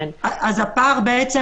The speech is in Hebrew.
הפער הוא